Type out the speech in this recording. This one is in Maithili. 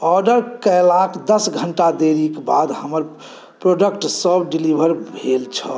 ऑर्डर कयलाक दस घण्टा देरीक बाद हमर प्रोडक्टसभ डिलीवर छल